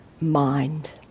mind